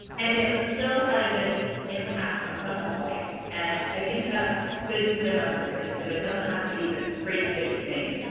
and it still had a good impact on someone's life. and i think that's good to remember is that it doesn't have to be this great big thing,